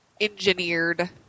engineered